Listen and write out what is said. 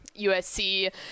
usc